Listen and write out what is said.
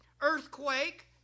earthquake